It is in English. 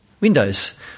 Windows